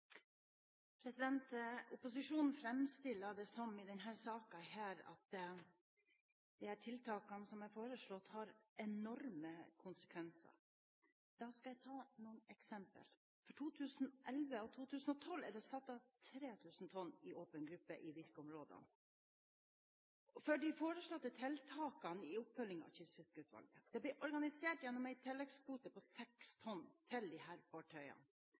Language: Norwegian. foreslått, har enorme konsekvenser. Da skal jeg ta noen eksempler. For 2011 og 2012 er det satt av 3 000 tonn til åpen gruppe i virkeområdene – for de foreslåtte tiltakene i oppfølgingen av Kystfiskeutvalget. Det ble organisert gjennom en tilleggskvote på 6 tonn til disse fartøyene